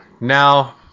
Now